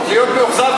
להיות מאוכזב,